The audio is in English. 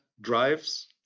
drives